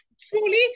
truly